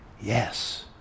Yes